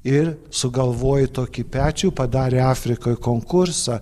ir sugalvoji tokį pečių padarė afrikoj konkursą